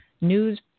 News